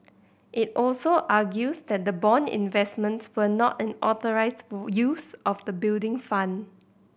it also argues that the bond investments were not an authorised use of the Building Fund